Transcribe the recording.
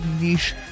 niche